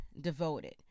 devoted